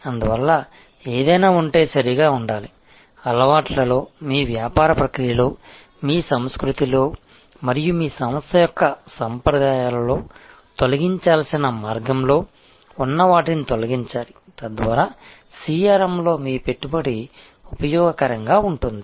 అందువల్ల ఏదైనా ఉంటే సరిగా ఉండాలి అలవాట్లలో మీ వ్యాపార ప్రక్రియలో మీ సంస్కృతిలో మరియు మీ సంస్థ యొక్క సంప్రదాయాలలో తొలగించాల్సిన మార్గంలో ఉన్న వాటిని తొలగించాలి తద్వారా CRM లో మీ పెట్టుబడి ఉపయోగకరంగా ఉంటుంది